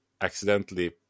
accidentally